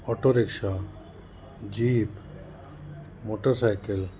auto rickshaw jeep motor cycle